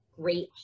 great